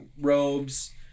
robes